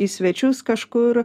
į svečius kažkur